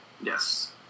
Yes